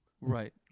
Right